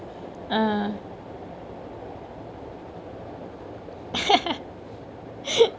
ah